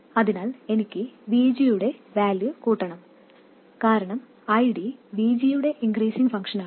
അതിനാൽ എനിക്ക് VG യുടെ വാല്യൂ കൂട്ടണം കാരണം ID VG യുടെ ഇൻക്രീസിങ് ഫംഗ്ഷൻ ആണ്